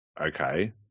Okay